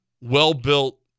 well-built